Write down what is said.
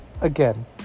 again